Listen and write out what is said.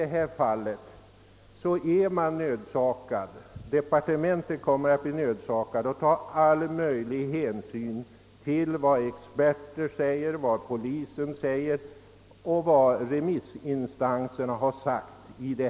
Jag tror att departementet i detta fall kommer att bli nödsakat att ta all möjlig hänsyn till vad som uttalas från experthåll och polishåll samt till vad som anförs av remissinstanserna i detta ärende.